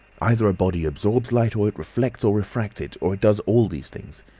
either a body absorbs light, or it reflects or refracts it, or does all these things.